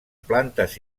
plantes